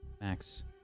Max